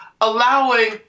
allowing